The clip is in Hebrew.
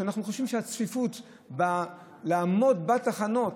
אנחנו חושבים שהצפיפות שבעמידה בתחנות,